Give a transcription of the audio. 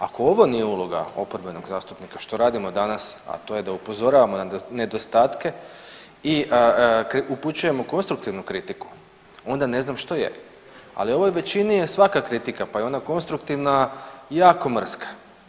Ako ovo nije uloga oporbenog zastupnika što radimo danas, a to je da upozoravamo na nedostatke i upućujemo konstruktivnu kritiku, onda ne znam što je, ali ovoj većini je svaka kritika, pa i ona konstruktivna jako mrska.